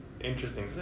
interesting